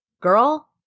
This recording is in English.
Girl